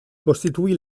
costituì